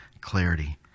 clarity